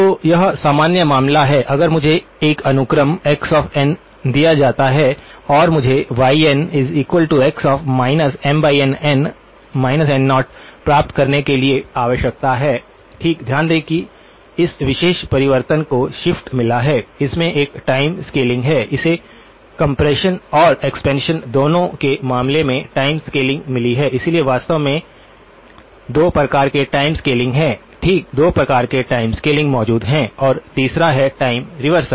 तो यह सामान्य मामला है अगर मुझे एक अनुक्रम x n दिया जाता है और मुझे ynx MNn N0 प्राप्त करने के लिए आवश्यक है ठीक ध्यान दें कि इस विशेष परिवर्तन को शिफ्ट मिला है इसमें एक टाइम स्केलिंग है इसे कम्प्रेशन और एक्सपांशन दोनों के मामले में टाइम स्केलिंग मिली है इसलिए वास्तव में 2 प्रकार के टाइम स्केलिंग हैं ठीक 2 प्रकार के टाइम स्केलिंग मौजूद हैं और तीसरा है टाइम रिवर्सल